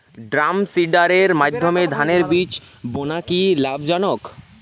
ড্রামসিডারের মাধ্যমে ধানের বীজ বোনা কি লাভজনক?